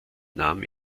nahm